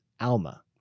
Alma